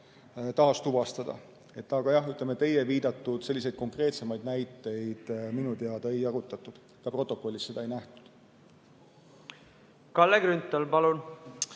taastuvastada. Aga jah, ütleme, teie viidatud selliseid konkreetsemaid näiteid minu teada ei arutatud ja ka protokollist seda ei nähtu. Kalle Grünthal, palun!